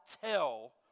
tell